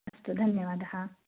अस्तु धन्यवादः